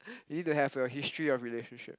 you need to have a history of relationship